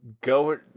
go